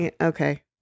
okay